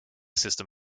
system